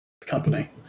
company